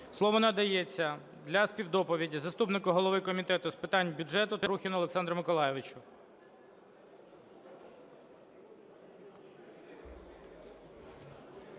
Слово надається для співдоповіді заступнику голови Комітету з питань бюджету Трухіну Олександру Миколайовичу.